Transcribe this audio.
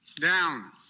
down